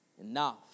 enough